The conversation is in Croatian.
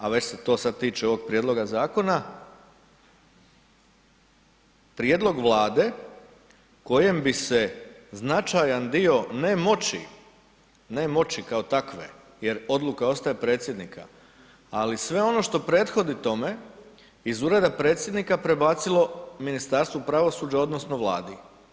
Drugi aspekt je, a već se sad to tiče ovog prijedloga zakona, prijedlog vlade kojem bi se značajan dio ne moći, ne moći kao takve jer odluka ostaje predsjednika, ali sve ono što prethodi tome iz Ureda predsjednika prebacilo Ministarstva pravosuđa odnosno vladi.